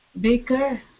Baker